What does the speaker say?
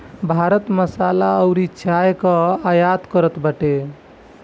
भारत मसाला अउरी चाय कअ आयत करत बाटे